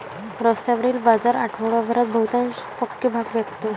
रस्त्यावरील बाजार आठवडाभरात बहुतांश पक्के भाग व्यापतो